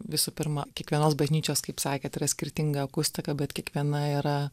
visų pirma kiekvienos bažnyčios kaip sakėt yra skirtinga akustika bet kiekviena yra